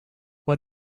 what